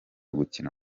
gukina